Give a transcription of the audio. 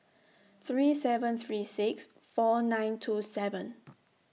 three seven three six four nine two seven